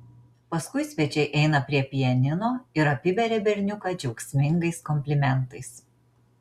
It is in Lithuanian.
paskui svečiai eina prie pianino ir apiberia berniuką džiaugsmingais komplimentais